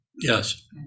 Yes